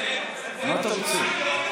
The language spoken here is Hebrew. מה אתה רוצה?